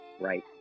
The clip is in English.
right